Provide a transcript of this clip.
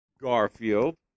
Garfield